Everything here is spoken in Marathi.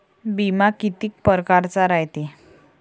बिमा कितीक परकारचा रायते?